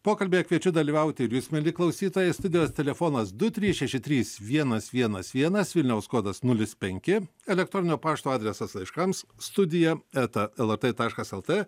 pokalbyje kviečiu dalyvauti ir jus mieli klausytojai studijos telefonas du trys šeši trys vienas vienas vienas vilniaus kodas nulis penki elektroninio pašto adresas laiškams studija eta lrt taškas lt